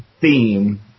theme